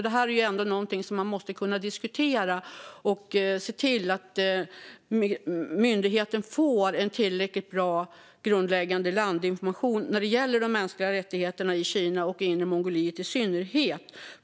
Detta är ändå något som man måste kunna diskutera och se till att myndigheten får en tillräckligt bra, grundläggande landinformation när det gäller de mänskliga rättigheterna i Kina och Inre Mongoliet i synnerhet.